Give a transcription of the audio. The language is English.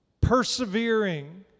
Persevering